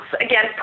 again